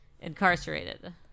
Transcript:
incarcerated